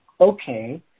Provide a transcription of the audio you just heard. Okay